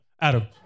Adam